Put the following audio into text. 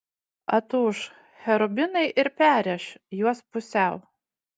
atūš cherubinai ir perrėš juos pusiau